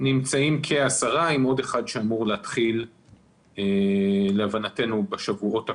נמצאים כ-10 עם עוד אחד שאמור להתחיל להבנתנו בשבועות הקרובים.